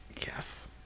Yes